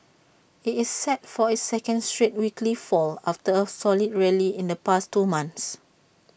IT is set for its second straight weekly fall after A solid rally in the past two months